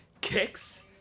kicks